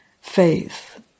faith